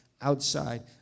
outside